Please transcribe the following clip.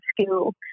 school